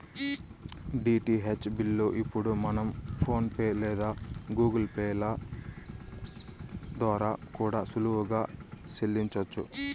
DTH bill ఇప్పుడు మనం PhonePe లేదా గూగుల్ పే ల ద్వారా కూడా సులువుగా సెల్లించొచ్చు